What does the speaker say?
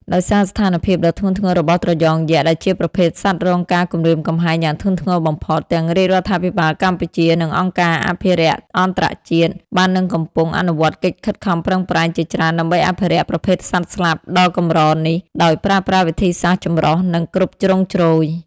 ដោយសារស្ថានភាពដ៏ធ្ងន់ធ្ងររបស់ត្រយងយក្ស ដែលជាប្រភេទសត្វរងការគំរាមកំហែងយ៉ាងធ្ងន់ធ្ងរបំផុត ទាំងរាជរដ្ឋាភិបាលកម្ពុជា និងអង្គការអភិរក្សអន្តរជាតិ បាននិងកំពុងអនុវត្តកិច្ចខិតខំប្រឹងប្រែងជាច្រើនដើម្បីអភិរក្សប្រភេទសត្វស្លាបដ៏កម្រនេះ ដោយប្រើប្រាស់វិធីសាស្ត្រចម្រុះ និងគ្រប់ជ្រុងជ្រោយ។